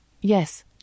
Yes